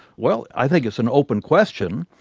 well, i think it's an open question.